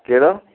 कहिड़ा